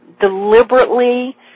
deliberately